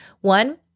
One